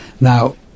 Now